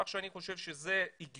כך שאני חושב שזה הגיוני,